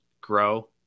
grow